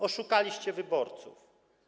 Oszukaliście wyborców.